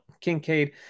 Kincaid